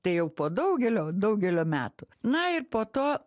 tai jau po daugelio daugelio metų na ir po to